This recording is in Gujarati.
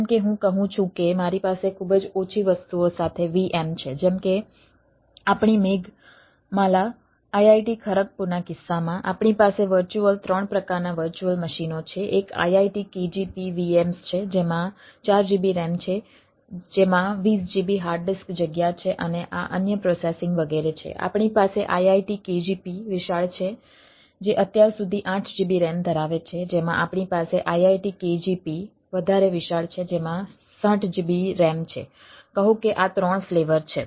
જેમાં આપણી પાસે IIT KGP વધારે વિશાળ છે જેમાં 60 GB RAM છે કહો કે આ ત્રણ ફ્લેવર છે